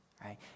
right